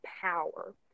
power